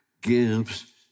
gives